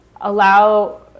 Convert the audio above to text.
allow